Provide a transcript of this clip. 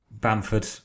Bamford